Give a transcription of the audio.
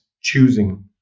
choosing